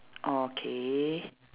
okay